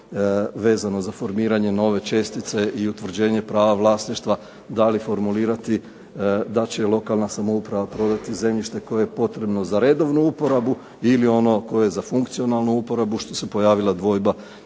vezano za formiranje nove čestice i utvrđenje prava vlasništva, da li formulirati da će lokalna samouprava prodati zemljište koje je potrebno za redovnu uporabu ili ono koje je za funkcionalnu uporabu što se pojavila dvojba na